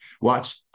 watch